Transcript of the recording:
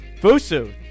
Fusu